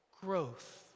growth